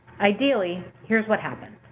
ideally, here's what happens,